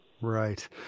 Right